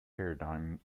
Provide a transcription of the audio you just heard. paradigm